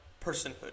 personhood